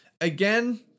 again